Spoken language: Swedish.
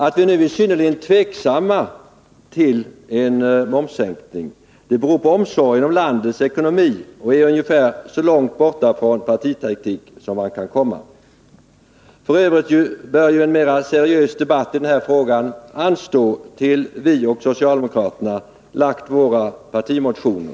Att vi nu är synnerligen tveksamma inför en momssänkning beror på omsorgen om landets ekonomi, och vi är då så långt borta från partitaktik som man kan komma. F. ö. bör ju en mera seriös debatt i den här frågan anstå till dess vi och socialdemokraterna lagt fram resp. partimotioner.